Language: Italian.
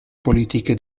politiche